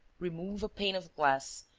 remove a pane of glass,